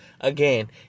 again